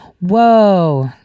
Whoa